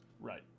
Right